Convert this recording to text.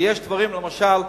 למשל,